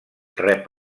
rep